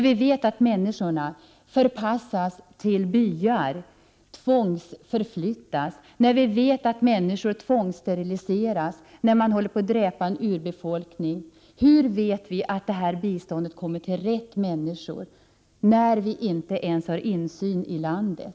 Vi vet att människorna förpassas till byar, tvångsförflyttas. Vi vet att människor tvångssteriliseras, att man håller på att dräpa en urbefolkning. Men hur vet vi att biståndet kommer till rätt människor, när vi inte ens har insyn i landet?